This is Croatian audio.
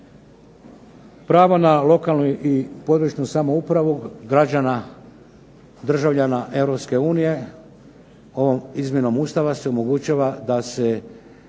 Pravo na lokalnu i područnu samoupravu građana, državljana Europske unije. Ovom izmjenom Ustava se omogućava da se,